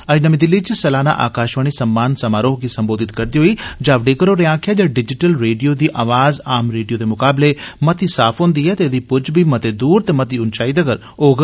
अज्ज नमी दिल्ली च सलाना आकाशवाणी सम्मान समारोह गी संबोधत करदे होई जावडेकर होरें आक्खेआ जे डिजीटल रेडिया दी अवाज आम रेडियो दे मकाबले मती साफ होंदी ऐ ते एहदे पुज्ज बी मते दूर ते मती उंचाई तगर होग